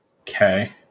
Okay